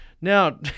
now